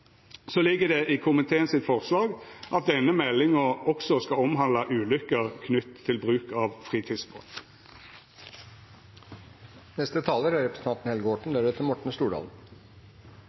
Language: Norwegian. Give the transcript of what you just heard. ligg det i komiteen sitt forslag: «Meldinga skal også omhandla ulukker knytt til bruk av